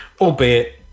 albeit